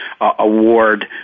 Award